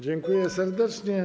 Dziękuję serdecznie.